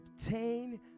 obtain